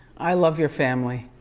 i love your family.